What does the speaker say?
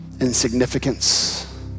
insignificance